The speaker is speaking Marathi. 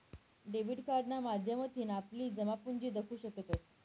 डेबिट कार्डना माध्यमथीन आपली जमापुंजी दखु शकतंस